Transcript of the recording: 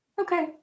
Okay